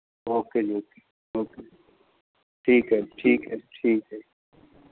okay ਜੀ okay okay ਠੀਕ ਹੈ ਠੀਕ ਹੈ ਠੀਕ ਹੈ